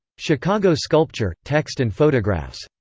chicago sculpture text and photographs.